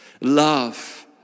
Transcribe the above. Love